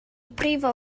brifo